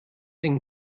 ein